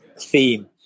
theme